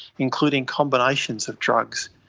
including combinations of drugs.